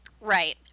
right